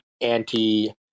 anti